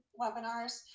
webinars